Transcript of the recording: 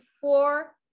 four